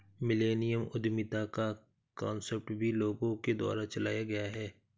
millennial उद्यमिता का concept भी लोगों के द्वारा चलाया गया है